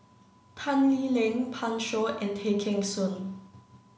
Tan Lee Leng Pan Shou and Tay Kheng Soon